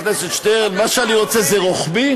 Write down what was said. חבר הכנסת שטרן, מה שאני רוצה זה רוחבי?